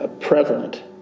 Prevalent